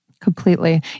Completely